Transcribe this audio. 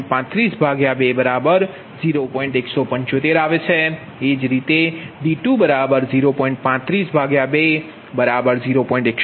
175 કારણ કે જ્યારે તમે ડેરિવેટિવ લેશો તો ખરેખર તે b12d1જે તમારુ b22d2 છે તેથી 2d10